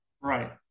Right